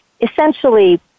essentially